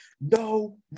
No